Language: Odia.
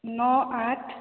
ନଅ ଆଠ